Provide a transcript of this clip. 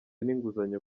n’inguzanyo